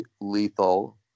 lethal